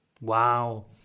Wow